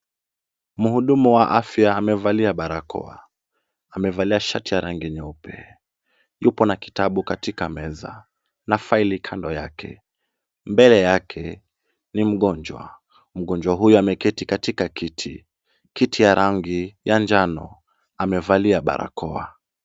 Muhudumu wa afya amevalia barakoa, amevalia shati ya rangi ya nyeupe, yupo na kitabu katika meza na faili kando yake. Mbele yake ni mgonjwa, mgonjwa huyu ameketi katika kiti. Kiti ya rangi ya njano amevalia barakoa.